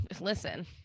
listen